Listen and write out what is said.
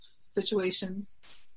situations